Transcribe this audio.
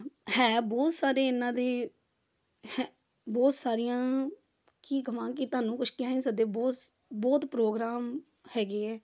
ਹੈ ਬਹੁਤ ਸਾਰੇ ਇਹਨਾਂ ਦੇ ਬਹੁਤ ਸਾਰੀਆਂ ਕੀ ਕਹਾਂ ਕਿ ਤੁਹਾਨੂੰ ਕੁਛ ਕਹਿ ਨਹੀਂ ਸਕਦੇ ਬਹੁਤ ਬਹੁਤ ਪ੍ਰੋਗਰਾਮ ਹੈਗੇ ਆ